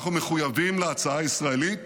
אנחנו מחויבים להצעה הישראלית